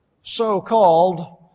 so-called